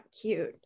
cute